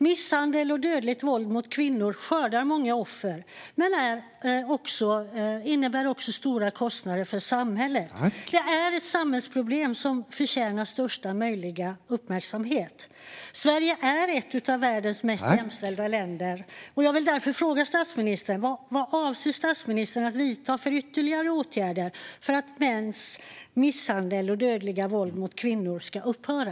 Misshandel och dödligt våld mot kvinnor skördar många offer men innebär också stora kostnader för samhället. Det är ett samhällsproblem som förtjänar största möjliga uppmärksamhet. Sverige är ett av världens mest jämställda länder. Jag vill därför fråga statsministern vilka ytterligare åtgärder han avser att vidta för att mäns misshandel och dödliga våld mot kvinnor ska upphöra.